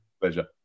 Pleasure